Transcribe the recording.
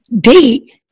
date